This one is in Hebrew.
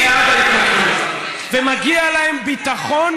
גם נתניהו הצביע בעד ההתנתקות, ומגיע להם ביטחון.